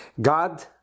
God